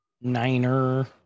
Niner